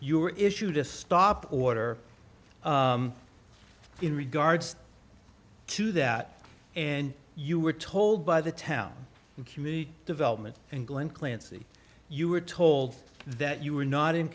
your issue to stop order in regards to that and you were told by the town and community development and glen clancy you were told that you were not in